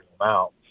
amount